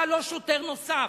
אתה לא שוטר נוסף,